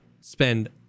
spend